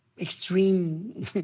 extreme